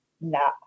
no